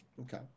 Okay